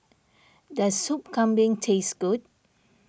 does Sup Kambing taste good